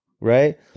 right